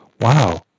Wow